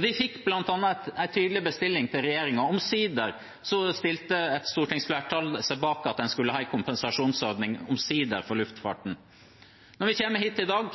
Vi fikk bl.a. en tydelig bestilling til regjeringen. Omsider stilte et stortingsflertall seg bak at en skulle ha en kompensasjonsordning for luftfarten. Når vi kommer hit i dag,